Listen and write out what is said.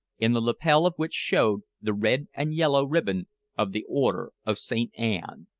in the lapel of which showed the red and yellow ribbon of the order of saint anne.